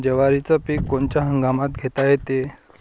जवारीचं पीक कोनच्या हंगामात घेता येते?